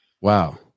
Wow